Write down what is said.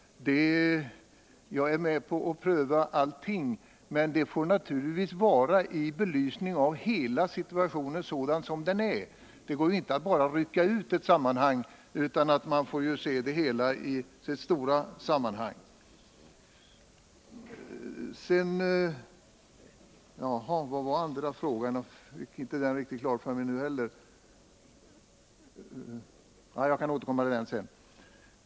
Jag är med om att pröva allting, men prövningen måste ske i belysning av hela situationen sådan den är. Det går inte att rycka ut en sådan sak, utan den måste ses i sitt stora sammanhang. Jan Bergqvists andra fråga hann jag inte riktigt uppfatta den här gången heller, och jag får väl återkomma till den senare.